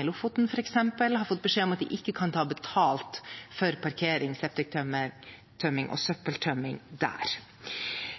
Lofoten har fått beskjed om at de ikke kan ta betalt for parkering, septiktømming og søppeltømming der.